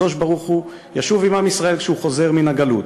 הקדוש-ברוך-הוא ישוב עם עַם ישראל כשהוא חוזר מן הגלות,